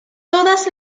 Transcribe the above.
todas